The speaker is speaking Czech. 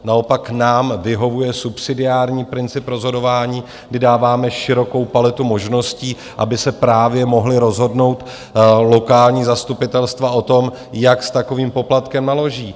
Naopak nám vyhovuje subsidiární princip rozhodování, kdy dáváme širokou paletu možností, aby se právě mohla rozhodnout lokální zastupitelstva o tom, jak s takovým poplatkem naloží.